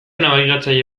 nabigatzaile